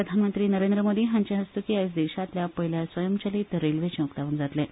प्रधानमंत्री नरेंद्र मोदी हांचे हस्तुकीं आयज देशांतल्या पयल्या स्वयंचलीत रेल्वेचें उक्तावण जातलें